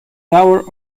tower